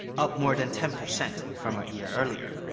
up more than ten percent from a year earlier.